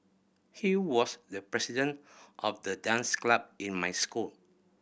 he was the president of the dance club in my school